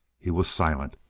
he was silent.